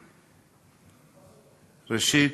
ראשית,